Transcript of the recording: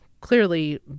clearly